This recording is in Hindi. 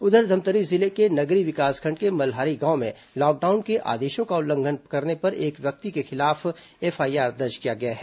उधर धमतरी जिले के नगरी विकासखंड के मल्हारी गांव में लॉकडाउन के आदेशों का उल्लंघन करने पर एक व्यक्ति के खिलाफ एफआईआर दर्ज किया गया है